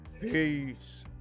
Peace